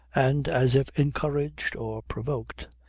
and as if encouraged or provoked,